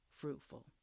fruitful